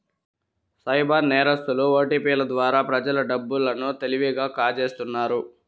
cyber నేరస్తులు ఓటిపిల ద్వారా ప్రజల డబ్బు లను తెలివిగా కాజేస్తున్నారు